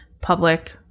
public